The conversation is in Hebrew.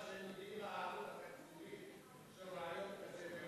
שהם יודעים מה העלות התקציבית של הרעיון הזה,